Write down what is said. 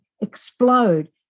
explode